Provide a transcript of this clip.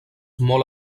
molt